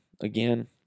again